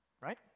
Right